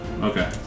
Okay